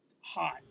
hot